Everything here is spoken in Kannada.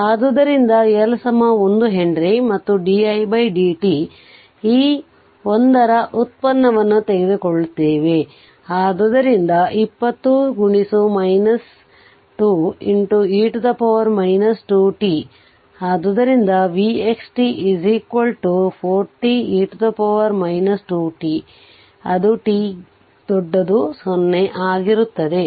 ಆದ್ದರಿಂದ L 1 Henry ಮತ್ತು didt ಈ 1 ರ ವ್ಯುತ್ಪನ್ನವನ್ನು ತೆಗೆದುಕೊಳ್ಳುತ್ತದೆ ಆದ್ದರಿಂದ 20 2 e 2t ಆದ್ದರಿಂದ v x t 40 e 2t ಅದು t 0 ಗಾಗಿರುತ್ತದೆ